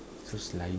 so slimy